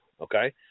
Okay